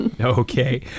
okay